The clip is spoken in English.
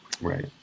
Right